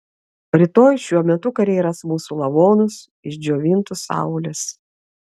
rytoj šiuo metu kariai ras mūsų lavonus išdžiovintus saulės